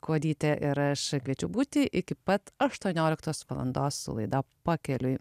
kuodytė ir aš kviečiu būti iki pat aštuonioliktos valandos su laida pakeliui